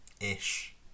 Ish